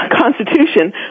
Constitution